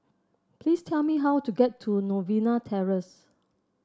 please tell me how to get to Novena Terrace